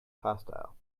hostile